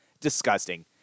Disgusting